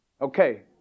Okay